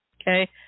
Okay